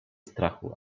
strachu